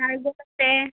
আৰু আছে